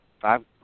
five